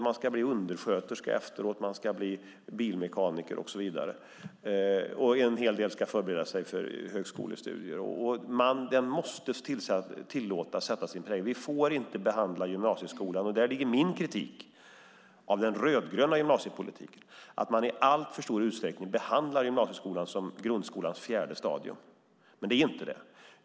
Man ska bli undersköterska, bilmekaniker och så vidare, och en del förbereder sig för högskolestudier. Gymnasieskolan måste få tillåtas sätta sin egen prägel. Min kritik av den rödgröna gymnasiepolitiken ligger i att man i alltför stor utsträckning behandlar gymnasieskolan som grundskolans fjärde stadium. Men det är det inte.